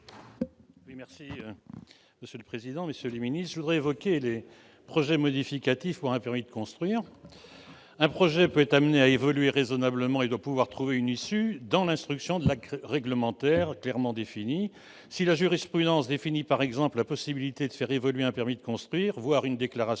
M. Jean-Marie Morisset. Cet amendement porte sur les projets modificatifs pour les permis de construire. Un projet peut être amené à évoluer raisonnablement et doit pouvoir trouver une issue dans l'instruction de l'acte réglementaire clairement définie. Si la jurisprudence définit, par exemple, la possibilité de faire évoluer un permis de construire, voire une déclaration